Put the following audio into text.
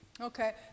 Okay